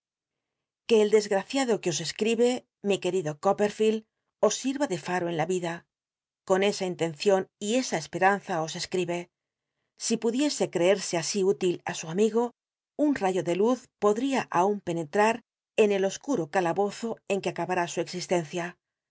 que el desgraciado que os escribe mi querido copperfield os sirva de faro en la vida con esa in biblioteca nacional de españa da vid copperfield lencion y esa esperanza os escribe si pudiese creerse asi útil í su amigo un rayo de luz podría aun pcneta en el oscuro calabozo en que acabará su existencia